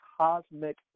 cosmic